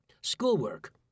Schoolwork